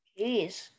Jeez